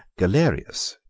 galerius,